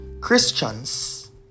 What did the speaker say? Christians